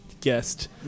guest